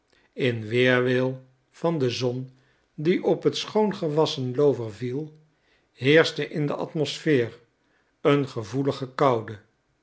in weerwil van de zon die op het schoon gewasschen loover viel heerschte in de atmospheer een gevoelige koude